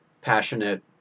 passionate